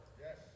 Yes